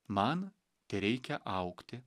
man tereikia augti